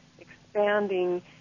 expanding